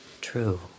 true